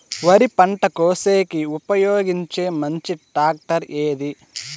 వరి పంట కోసేకి ఉపయోగించే మంచి టాక్టర్ ఏది?